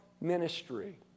ministry